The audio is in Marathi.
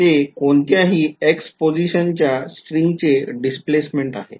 ते कोणत्याही x पोझिशनच्या स्ट्रिंगचे डिस्प्लेसमेंट आहे